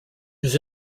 his